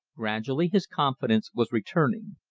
gradually his confidence was returning.